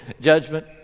judgment